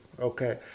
okay